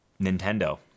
Nintendo